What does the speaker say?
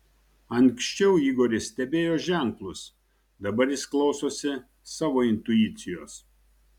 anksčiau igoris stebėjo ženklus dabar jis klausosi savo intuicijos